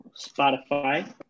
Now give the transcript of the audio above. Spotify